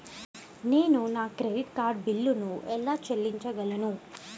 నేను నా credit card బిల్లును ఎలా చెల్లించగలను?